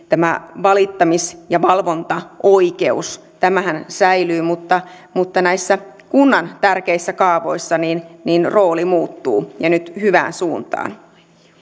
tämä valittamis ja valvontaoikeus tämähän säilyy mutta mutta näissä kunnan tärkeissä kaavoissa rooli muuttuu ja nyt hyvään suuntaan